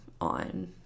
on